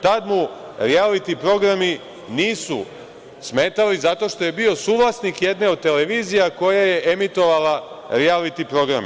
Tada mu rijaliti programi nisu smetali, zato što je bio suvlasnik jedne od televizija koja je emitovala rijaliti programe.